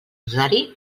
rosari